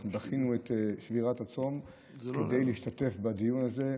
אנחנו דחינו את שבירת הצום כדי להשתתף בדיון הזה,